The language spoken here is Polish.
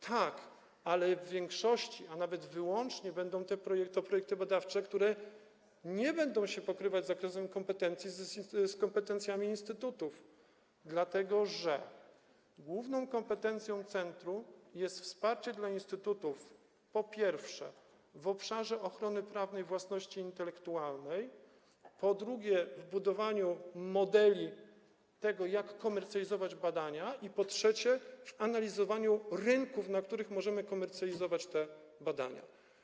Tak, ale w większości, a nawet wyłącznie będą to projekty badawcze, których zakres nie będzie się pokrywać z zakresem kompetencji instytutów, dlatego że główną kompetencją centrum jest wsparcie dla instytutów, po pierwsze, w obszarze ochrony prawnej własności intelektualnej, po drugie, w budowaniu modeli tego, jak komercjalizować badania i, po trzecie, w analizowaniu rynków, na których możemy komercjalizować te badania.